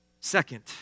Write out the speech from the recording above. Second